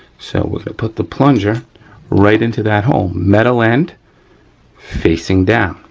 so we're gonna put the plunger right into that hole, metal end facing down.